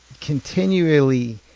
continually